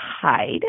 hide